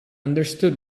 understood